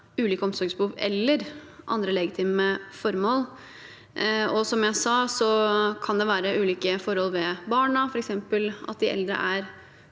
ulike omsorgsbehov eller andre legitime formål. Som jeg sa, kan det være ulike forhold ved barna, f.eks. at de eldre